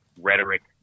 rhetoric